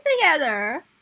together